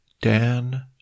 Dan